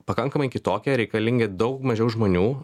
pakankamai kitokie reikalinga daug mažiau žmonių